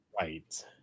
right